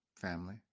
family